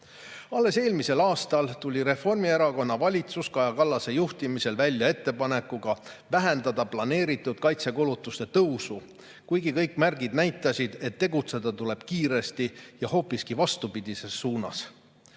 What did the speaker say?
eelmisel aastal tuli Reformierakonna valitsus Kaja Kallase juhtimisel välja ettepanekuga vähendada planeeritud kaitsekulutuste tõusu, kuigi kõik märgid näitasid, et tegutseda tuleb kiiresti ja hoopiski vastupidises suunas.